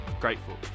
grateful